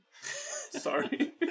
Sorry